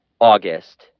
August